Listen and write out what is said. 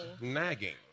nagging